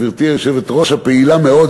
גברתי היושבת-ראש הפעילה מאוד,